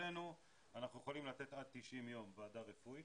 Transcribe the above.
אצלנו אנחנו יכולים לתת עד 90 יום ועדה רפואית,